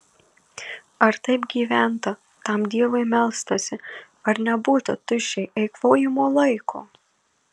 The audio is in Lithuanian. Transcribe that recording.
ar taip gyventa tam dievui melstasi ar nebūta tuščiai eikvojamo laiko